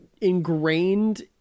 ingrained